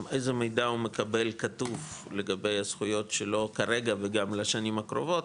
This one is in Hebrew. איזה מידע כתוב הוא מקבל לגבי הזכויות שלו כרגע וגם בשנים הקרובות,